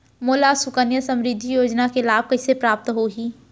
मोला सुकन्या समृद्धि योजना के लाभ कइसे प्राप्त होही?